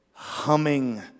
humming